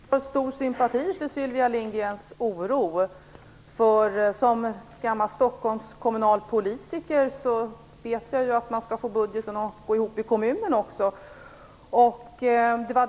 Herr talman! Jag känner stor sympati för Sylvia Lindgrens oro. Som gammal kommunalpolitiker i Stockholm vet jag att man måste få budgeten att gå ihop i kommunen också.